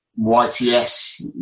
YTS